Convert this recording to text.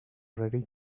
ready